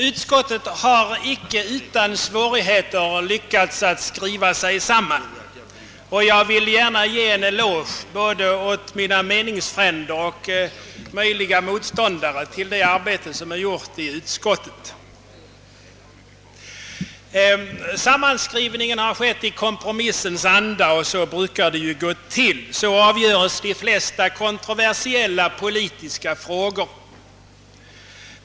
Utskottet har icke utan svårigheter lyckats skriva sig samman. Jag vill gärna ge en eloge både åt mina meningsfränder och åt mina möjliga motståndare för det arbete som är gjort i utskottet. Sammanskrivningen har skett i kompromissens anda. Så brukar det ju gå till, så avgörs de flesta kontroversiella politiska frågor.